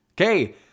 Okay